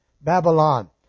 Babylon